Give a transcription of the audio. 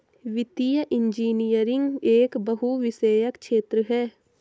वित्तीय इंजीनियरिंग एक बहुविषयक क्षेत्र है